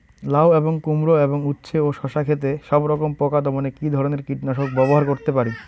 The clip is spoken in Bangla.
লাউ এবং কুমড়ো এবং উচ্ছে ও শসা ক্ষেতে সবরকম পোকা দমনে কী ধরনের কীটনাশক ব্যবহার করতে পারি?